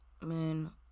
man